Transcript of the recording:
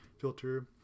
filter